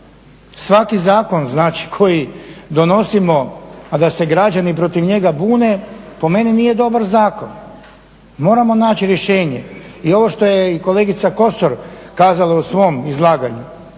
Svaki zakon koji donosimo, a da se građani protiv njega bune po meni nije dobar zakon. Moramo naći rješenje. I ovo što je i kolegica Kosor kazala u svom izlaganju